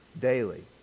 daily